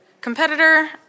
competitor